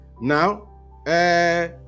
Now